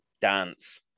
dance